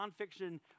nonfiction